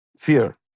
Fear